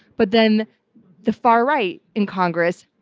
but then the far-right in congress,